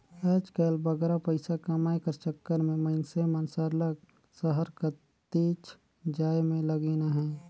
आएज काएल बगरा पइसा कमाए कर चक्कर में मइनसे मन सरलग सहर कतिच जाए में लगिन अहें